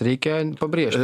reikia pabrėžti